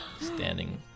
standing